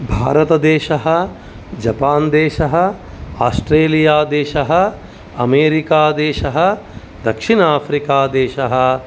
भारतदेशः जपान् देशः आश्ट्रेलिया देशः अमेरिकादेशः दक्षिण आफ्रिकादेशः